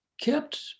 kept